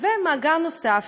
ומאגר נוסף.